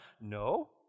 No